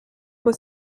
for